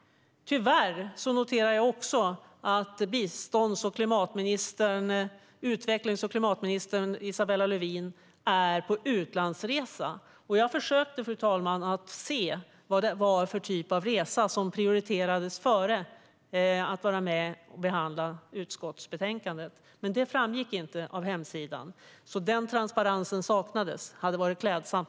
Tyvärr har jag fått notera att bistånds, utvecklings och klimatminister Isabella Lövin är på utlandsresa. Jag försökte, fru talman, se vad för typ av resa som prioriterades före deltagande i behandlingen av utskottsbetänkandet, men det framgick inte av hemsidan. Det hade varit klädsamt med sådan transparens, men den saknades.